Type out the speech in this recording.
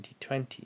2020